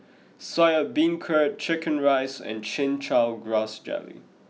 Soya Beancurd Chicken Rice and Chin Chow Grass Jelly